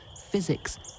physics